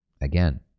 again